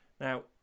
now